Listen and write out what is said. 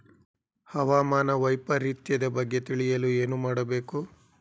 ಹವಾಮಾನ ವೈಪರಿತ್ಯದ ಬಗ್ಗೆ ತಿಳಿಯಲು ಏನು ಮಾಡಬೇಕು?